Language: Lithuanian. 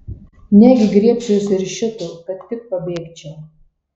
negi griebsiuosi ir šito kad tik pabėgčiau